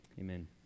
amen